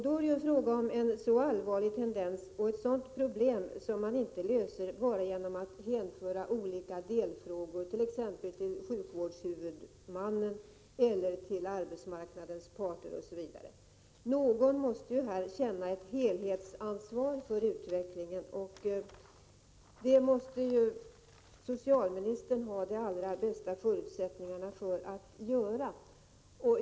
Det är alltså en allvarlig tendens, och detta problem löser man inte enbart genom att hänföra olika delfrågor exempelvis till sjukvårdshuvudmannen eller till arbetsmarknadens parter, osv. Någon måste i detta sammanhang känna ett helhetsansvar för utvecklingen, och socialministern måste ha de allra bästa förutsättningarna för att göra det.